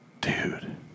dude